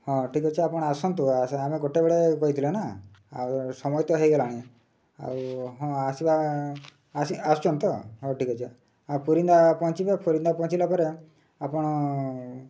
ହଁ ଠିକ୍ ଅଛି ଆପଣ ଆସନ୍ତୁ ଆମେ ଗୋଟେ ବେଳେ କହିଥିଲେନା ଆଉ ସମୟ ତ ହୋଇଗଲାଣି ଆଉ ହଁ ଆସିବା ଆସୁଛନ୍ତି ତ ହଉ ଠିକ୍ ଅଛି ଆଉ ପୁରୀନ୍ଦା ପହଞ୍ଚିବେ ଫୁରିନ୍ଦା ପହଞ୍ଚିଲା ପରେ ଆପଣ